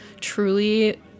truly